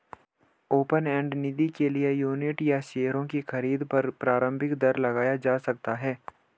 open end निधि के लिए यूनिट या शेयरों की खरीद पर प्रारम्भिक दर लगाया जा सकता है